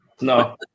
No